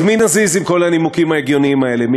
מי נזיז עם כל הנימוקים ההגיוניים האלה,